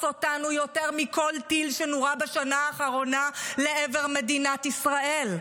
אותנו יותר מכל טיל שנורה בשנה האחרונה לעבר מדינת ישראל.